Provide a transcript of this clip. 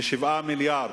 ב-7 מיליארדים.